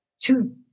two